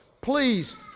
Please